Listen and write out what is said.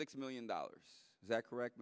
six million dollars is that correct